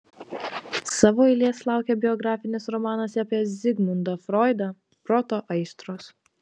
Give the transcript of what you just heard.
savo eilės laukia biografinis romanas apie zigmundą froidą proto aistros